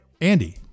Andy